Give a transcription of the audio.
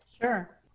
Sure